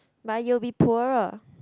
but you will be poorer